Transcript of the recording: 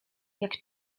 jak